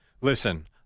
listen